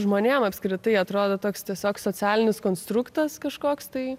žmonėm apskritai atrodo toks tiesiog socialinis konstruktas kažkoks tai